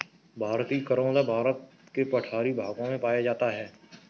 भारतीय करोंदा भारत के पठारी भागों में पाया जाता है